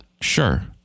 Sure